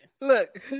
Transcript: Look